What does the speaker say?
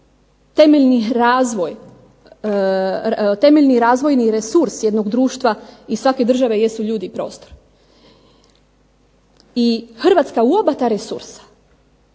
temeljni razvojni resurs jednog društva iz svake države jesu ljudi i prostor. I Hrvatska u oba ta resursa